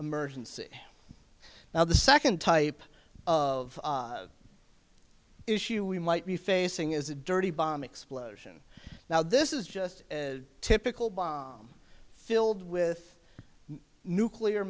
emergency now the second type of issue we might be facing is a dirty bomb explosion now this is just a typical bomb filled with nuclear